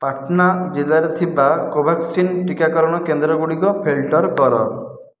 ପାଟନା ଜିଲ୍ଲାରେ ଥିବା କୋଭାକ୍ସିନ୍ ଟିକାକରଣ କେନ୍ଦ୍ରଗୁଡ଼ିକ ଫିଲ୍ଟର କର